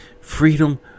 Freedom